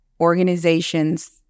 organizations